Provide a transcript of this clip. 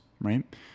right